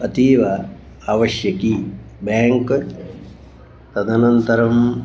अतीव आवश्यकी बेङ्क् तदनन्तरम्